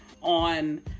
on